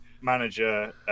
manager